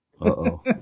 Uh-oh